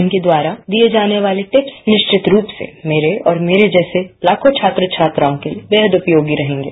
उनके द्वारा दिए जाने वाले टिप्स निश्चित रूप से मेरे और मेरे जैसे लाखों छात्र छात्राओं के लिए बेहद उपयोगी रहेंगे